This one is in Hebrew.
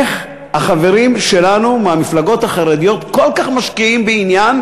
איך החברים שלנו מהמפלגות החרדיות כל כך משקיעים בעניין